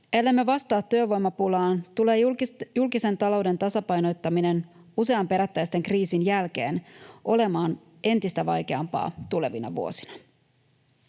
Ellemme vastaa työvoimapulaan, tulee julkisen talouden tasapainottaminen usean perättäisen kriisin jälkeen olemaan entistä vaikeampaa tulevina vuosina.